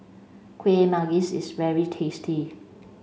kuih manggis is very tasty